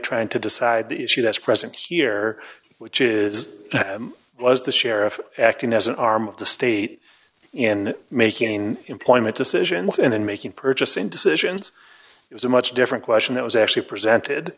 trying to decide the issue that's present here which is was the sheriff acting as an arm of the state in making employment decisions and in making purchasing decisions it was a much different question that was actually presented